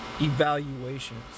evaluations